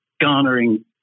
garnering